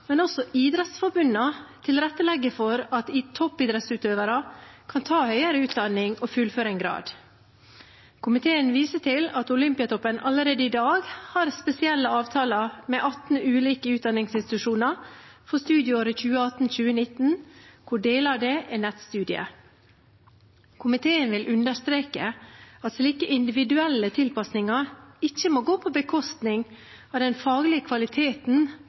men også idrettsforbundene, tilrettelegger for at toppidrettsutøvere kan ta høyere utdanning og fullføre en grad. Komiteen viser til at Olympiatoppen allerede i dag har spesielle avtaler med 18 ulike utdanningsinstitusjoner for studieåret 2018–2019, hvor deler av det er nettstudier. Komiteen vil understreke at slike individuelle tilpasninger ikke må gå på bekostning av den faglige kvaliteten